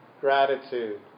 gratitude